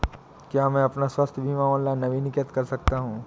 क्या मैं अपना स्वास्थ्य बीमा ऑनलाइन नवीनीकृत कर सकता हूँ?